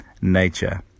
nature